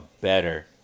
better